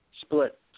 split